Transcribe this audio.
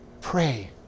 pray